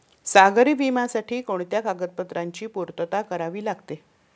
सागरी विम्यासाठी कोणत्या कागदपत्रांची पूर्तता करावी लागते?